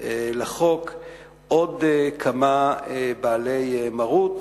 לחוק עוד כמה בעלי מרות,